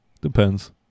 Depends